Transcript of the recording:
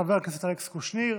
חבר הכנסת אלכס קושניר,